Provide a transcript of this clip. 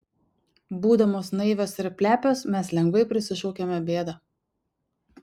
būdamos naivios ir plepios mes lengvai prisišaukiame bėdą